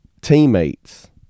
teammates